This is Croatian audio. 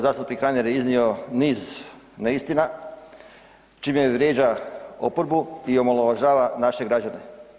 Zastupnik Reiner je iznio niz neistina čime vrijeđa oporbu i omalovažava naše građane.